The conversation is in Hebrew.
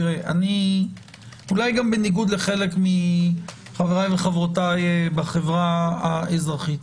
אולי גם בניגוד לחלק מחבריי וחברותיי בחברה האזרחית,